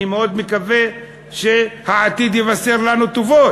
אני מאוד מקווה שהעתיד יבשר לנו טובות.